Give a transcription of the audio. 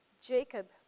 Jacob